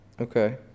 Okay